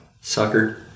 Sucker